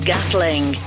Gatling